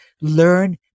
learn